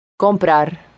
Comprar